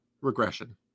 regression